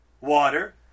water